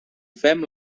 fem